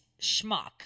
schmuck